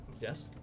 Yes